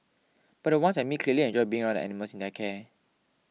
but the ones I meet clearly enjoy being around animals in their care